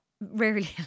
rarely